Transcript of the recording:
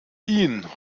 ihn